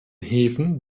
häfen